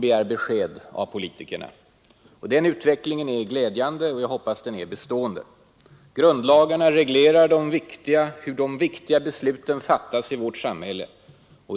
begär besked av politikerna. Den utvecklingen är glädjande, och jag hoppas den är bestående. Grundlagarna reglerar hur de viktiga besluten fattas i vårt samhälle.